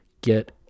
get